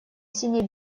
синей